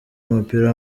w’umupira